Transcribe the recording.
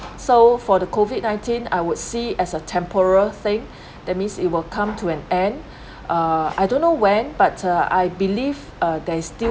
so for the COVID nineteen I would see as a temporal thing that means it will come to an end uh I don't know when but uh I believe uh there is still